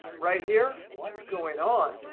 right here, what's going on?